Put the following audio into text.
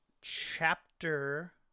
chapter